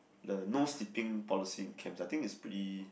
the nose sipping policy in camp I think it's pretty